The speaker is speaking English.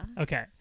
okay